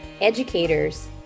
educators